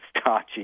starchy